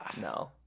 No